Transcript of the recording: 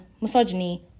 misogyny